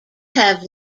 have